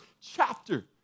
chapter